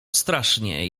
strasznie